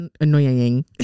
Annoying